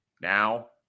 now